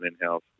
in-house